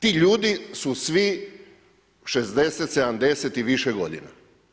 Ti ljudi su svi 60-70 i više godina.